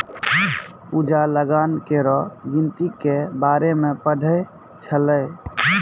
पूजा लगान केरो गिनती के बारे मे पढ़ै छलै